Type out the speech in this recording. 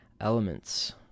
elements